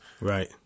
Right